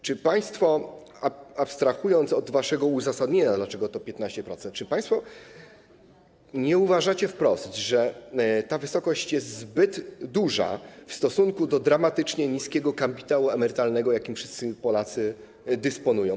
Czy państwo, abstrahując od waszego uzasadnienia, dlaczego to jest 15%, nie uważacie wprost, że ta wysokość jest zbyt duża w stosunku do dramatycznie niskiego kapitału emerytalnego, jakim wszyscy Polacy dysponują?